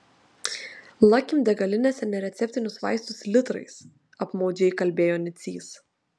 lakim degalinėse nereceptinius vaistus litrais apmaudžiai kalbėjo nicys